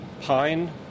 pine